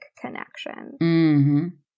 connection